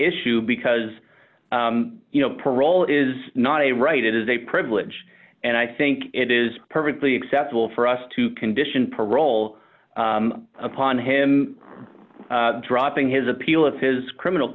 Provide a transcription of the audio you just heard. issue because you know parole is not a right it is a privilege and i think it is perfectly acceptable for us to condition parole upon him dropping his appeal of his criminal